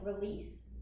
release